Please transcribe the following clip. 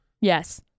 Yes